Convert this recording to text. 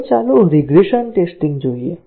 હવે ચાલો regression testing જોઈએ